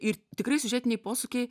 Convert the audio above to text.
ir tikrai siužetiniai posūkiai